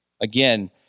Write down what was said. Again